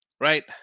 Right